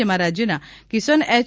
જેમાં રાજ્યના કિશન એચ